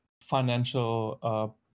financial